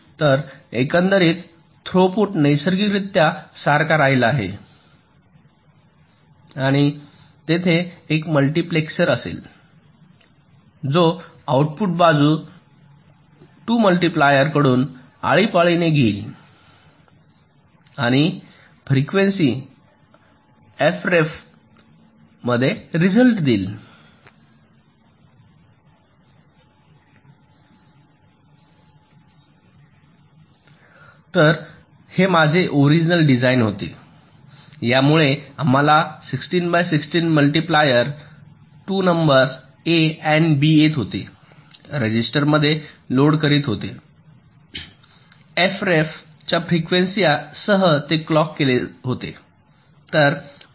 तर एकंदरीत थ्रूपूट नैसर्गिकरित्या सारखाच राहिला आहे आणि तेथे एक मल्टिप्लेसर असेल जो आउटपुट बाजू 2 मल्टिप्ल्यार कडून आळीपाळीने घेईल आणि फ्रिक्वेन्सी एफ रेफ त रिझल्ट देईल तर हे माझे ओरिजनल डिझाइन होते ज्यामुळे आम्हाला 16 बाय 16 मल्टिप्ल्यार 2 नंबर ए आणि बी येत होते रजिस्टरमध्ये लोड करीत होते एफ रेफ च्या फ्रिक्वेन्सी सह ते क्लॉक केले होते